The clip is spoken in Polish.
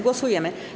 Głosujemy.